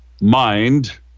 mind